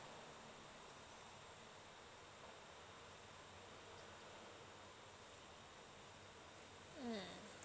mm